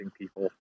people